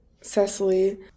Cecily